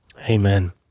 Amen